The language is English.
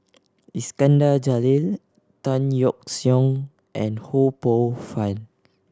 Iskandar Jalil Tan Yeok Seong and Ho Poh Fun